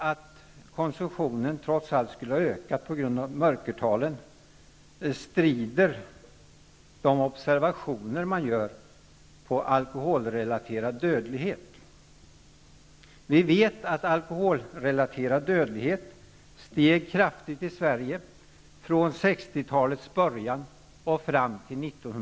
Att konsumtionen trots allt skulle ha ökat på grund av mörkertalen strider de observationer mot som görs när det gäller alkoholrelaterad dödlighet.